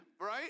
right